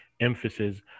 emphasis